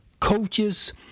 coaches